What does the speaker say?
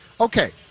Okay